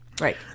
Right